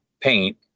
paint